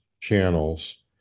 channels